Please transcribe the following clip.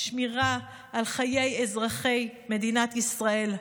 שמירה על חיי אזרחי מדינת ישראל.